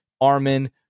Armin